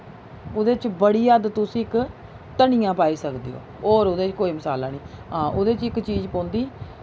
ओह्दे च बड़ी हद्द तुस इक धनिया पाई सकदे ओ होर ओह्दे च कोई मसाला निं हां ओह्दे च इक चीज पौंदी